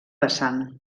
vessant